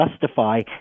justify